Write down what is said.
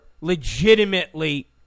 legitimately